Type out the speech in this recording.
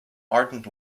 ardent